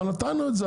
אבל נתנו את זה,